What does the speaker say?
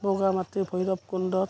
বগা মাটিৰ ভৈৰৱকুণ্ডত